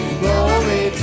glory